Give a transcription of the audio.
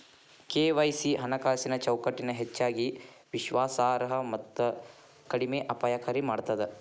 KYC ಹಣಕಾಸಿನ್ ಚೌಕಟ್ಟನ ಹೆಚ್ಚಗಿ ವಿಶ್ವಾಸಾರ್ಹ ಮತ್ತ ಕಡಿಮೆ ಅಪಾಯಕಾರಿ ಮಾಡ್ತದ